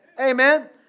Amen